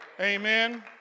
Amen